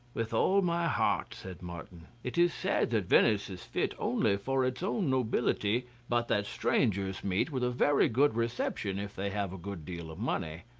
with all my heart, said martin. it is said that venice is fit only for its own nobility, but that strangers meet with a very good reception if they have a good deal of money.